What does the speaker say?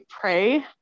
pray